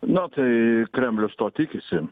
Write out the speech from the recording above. na tai kremlius to tikisi